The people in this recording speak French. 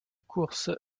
course